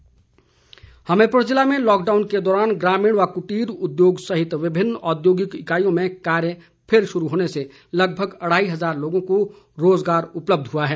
मनरेगा हमीरपुर हमीरपुर जिले में लॉकडाउन के दौरान ग्रामीण व कुटीर उद्योग सहित विभिन्न औद्योगिक इकाईयों में कार्य फिर शुरू होने से लगभग अढ़ाई हजार लोगों को रोजगार उपलब्ध हुआ है